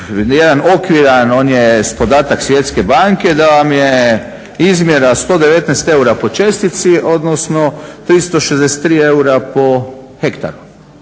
jedan okviran, on je podatak Svjetske banke da vam je izmjera 119 eura po čestici, odnosno 363 eura po hektaru.